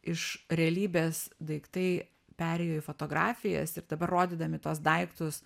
iš realybės daiktai perėjo į fotografijas ir dabar rodydami tuos daiktus